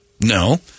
no